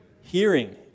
Hearing